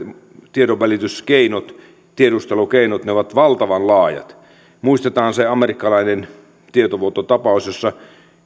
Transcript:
tiedonvälityskeinot tiedustelukeinot ovat valtavan laajat kun muistetaan se amerikkalainen tietovuototapaus jossa